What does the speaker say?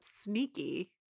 Sneaky